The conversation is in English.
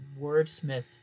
wordsmith